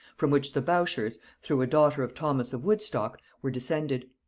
from which the bourchiers, through a daughter of thomas of woodstock, were descended.